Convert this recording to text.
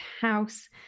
house